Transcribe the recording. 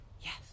yes